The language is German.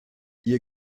ihr